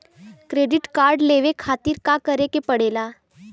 Credit card लेवे खातिर का करे के पड़ेला?